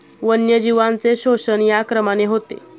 वन्यजीवांचे शोषण या क्रमाने होते